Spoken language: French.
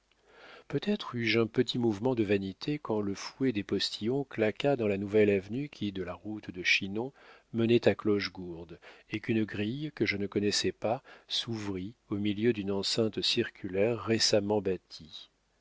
peut-être eus-je un petit mouvement de vanité quand le fouet des postillons claqua dans la nouvelle avenue qui de la route de chinon menait à clochegourde et qu'une grille que je ne connaissais pas s'ouvrit au milieu d'une enceinte circulaire récemment bâtie